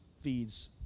feeds